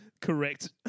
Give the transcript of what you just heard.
correct